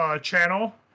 channel